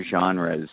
genres